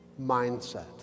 mindset